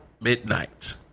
midnight